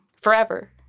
forever